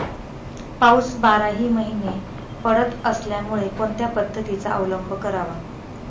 पाऊस बाराही महिने पडत असल्यामुळे कोणत्या पद्धतीचा अवलंब करावा?